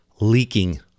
Leaking